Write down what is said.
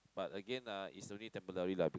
but again ah it's only temporary lah